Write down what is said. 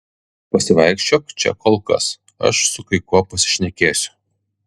pasivaikščiok čia kol kas aš su kai kuo pasišnekėsiu